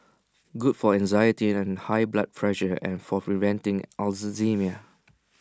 good for anxiety and high blood pressure and for preventing Alzheimer's